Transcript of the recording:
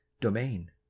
domain